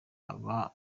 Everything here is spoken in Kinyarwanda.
aba